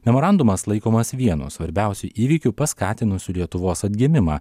memorandumas laikomas vienu svarbiausių įvykių paskatinusių lietuvos atgimimą